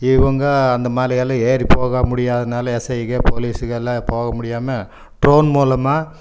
இவங்க அந்த மலை எல்லாம் ஏறி போக முடியாததுனால எஸ்ஐகள் போலீஸ்கள் எல்லாம் போக முடியாமல் ட்ரோன் மூலமாக